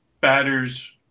batters